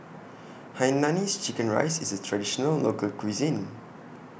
Hainanese Chicken Rice IS A Traditional Local Cuisine